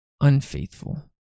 unfaithful